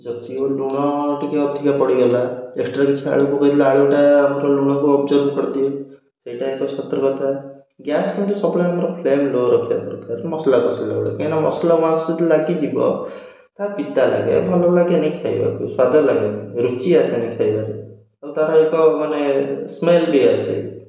ଯଦି ଲୁଣ ଟିକେ ଅଧିକା ପଡ଼ିଗଲା ଏକ୍ସଟ୍ରା କିଛି ଆଳୁ ପକେଇଦେଲେ ଆଳୁଟା ଆମର ଲୁଣକୁ ଆବଜର୍ଭ କରିଦିଏ ସେଇଟା ଏକ ସତର୍କତା ଗ୍ୟାସ୍ କିନ୍ତୁ ସବୁବେଳେ ଆମର ଫ୍ଲେମ୍ ଲୋ ରଖିବା ଦରକାର ମସଲା କଷିଲା ବେଳେ କାହିଁକିନା ମସଲା ୱାନ୍ସ ଯଦି ଲାଗିଯିବ ତାହା ପିତା ଲାଗେ ଭଲ ଲାଗେନି ଖାଇବାକୁ ସ୍ୱାଦ ଲାଗେନି ରୁଚି ଆସେନି ଖାଇବାରେ ଆଉ ତା'ର ଏକ ମାନେ ସ୍ମେଲ୍ ବି ଆସେ